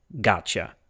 gotcha